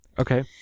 okay